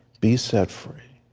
be set free.